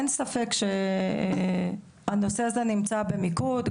אין ספק שהנושא הזה נמצא במיקוד,